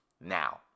Now